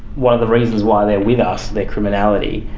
one of the reasons why they're with us, their criminality,